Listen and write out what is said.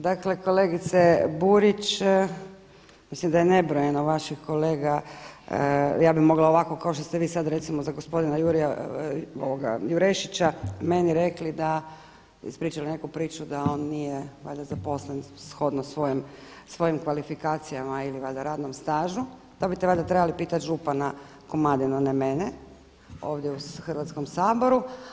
Dakle kolegice Burić, mislim da je nebrojeno vaših kolega, ja bih mogla ovako kao što ste vi sada recimo za gospodina Jurešića meni rekli da, ispričali neku priču da on nije valjda zaposlen shodno svojim kvalifikacijama ili valjda radnom stažu, to bi valjda trebali pitati župana Komadinu, a ne mene ovdje u Hrvatskom saboru.